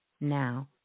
now